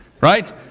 right